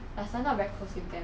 plus I not very close with them